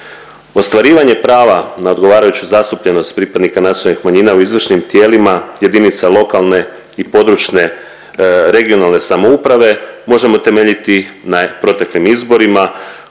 Ostvarivanje prava na odgovarajuću zastupljenost pripadnika nacionalnih manjina u izvršnim tijelima jedinica lokalne i područne (regionalne) samouprave možemo temeljiti na proteklim izborima